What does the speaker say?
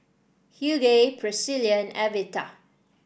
Hughey Pricilla and Evita